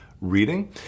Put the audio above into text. reading